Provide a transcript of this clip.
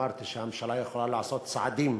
ואמרתי שהממשלה יכולה לעשות צעדים